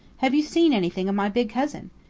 have you seen anything of my big cousin?